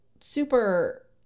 super